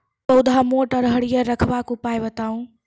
पौधा मोट आर हरियर रखबाक उपाय बताऊ?